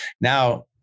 Now